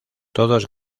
todos